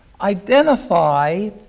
identify